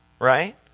right